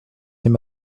very